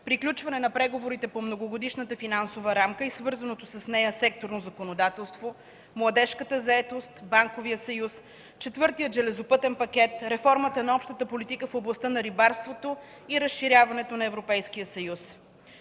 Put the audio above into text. приключване на преговорите по Многогодишната финансова рамка и свързаното с нея секторно законодателство, младежката заетост, банковия съюз, четвъртият железопътен пакет, реформата на общата политика в областта на рибарството и разширяването на Европейския съюз.